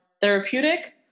therapeutic